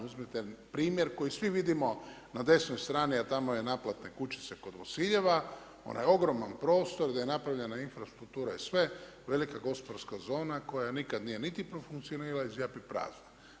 Uzmite primjer koji svi vidimo na desnoj strani, a tamo je naplatna kućica kod Bosiljeva, onaj ogromni prostor gdje je napravljena infrastruktura i sve velika gospodarska zona koja nikada nije niti profunkcionirala i zjapi prazna.